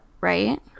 right